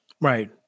Right